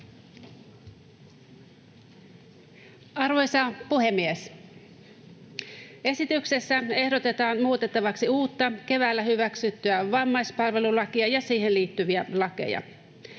Arvoisa puhemies! Esityksessä ehdotetaan muutettavaksi uutta, keväällä hyväksyttyä vammaispalvelulakia ja siihen liittyviä lakeja.